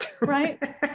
Right